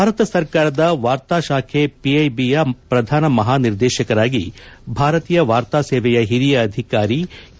ಭಾರತ ಸರ್ಕಾರದ ವಾರ್ತಾ ಶಾಖೆ ಪಿಐಬಿಯ ಪ್ರಧಾನ ಮಹಾನಿರ್ದೇಶಕರಾಗಿ ಭಾರತೀಯ ವಾರ್ತಾ ಸೇವೆಯ ಹಿರಿಯ ಅಧಿಕಾರಿ ಕೆ